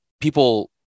people